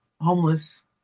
homeless